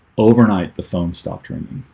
overnight the phone stopped ringing.